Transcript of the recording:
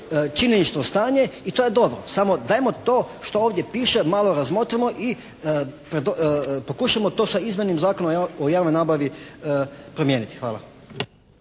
činjenično stanje i to je dobro. Samo dajmo to što ovdje piše malo razmotrimo i pokušajmo to sa izmjenama Zakona o javnoj nabavi promijeniti. Hvala.